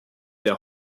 der